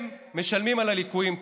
הם משלמים על הליקויים פה.